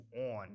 on-